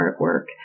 artwork